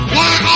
now